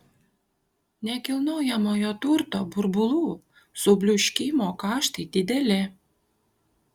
nekilnojamojo turto burbulų subliūškimo kaštai dideli